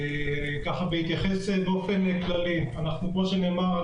כמו שנאמר,